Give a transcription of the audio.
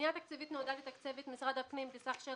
הפנייה התקציבית נועדה לתקצב את משרד הפנים בסך של